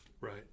Right